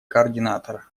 координатора